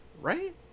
right